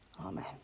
Amen